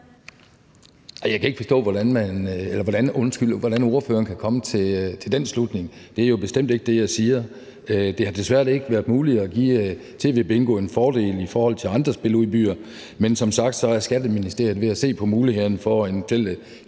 Jeg kan ikke forstå, hvordan ordføreren kan komme til den slutning. Det er jo bestemt ikke det, jeg siger. Det har desværre ikke været muligt at give SIFA TVBingo en fordel frem for andre spiludbydere, men som sagt er Skatteministeriet ved at se på mulighederne for en justering